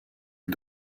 est